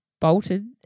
bolted